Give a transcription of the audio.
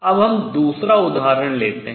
अब हम दूसरा उदाहरण लेते हैं